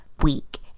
week